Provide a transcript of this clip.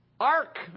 ark